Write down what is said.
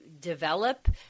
develop